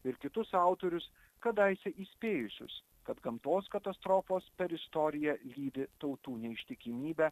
ir kitus autorius kadaise įspėjusius kad gamtos katastrofos per istoriją lydi tautų neištikimybę